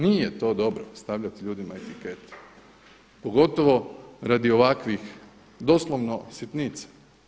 Nije to dobro stavljati ljudima etikete pogotovo radi ovakvih doslovno sitnica.